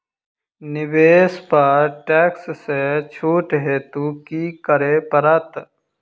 निवेश पर टैक्स सँ छुट हेतु की करै पड़त?